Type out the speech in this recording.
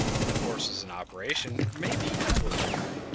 and the forces in operation may be equally different.